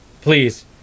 Please